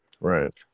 Right